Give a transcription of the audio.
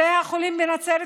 בתי החולים בנצרת,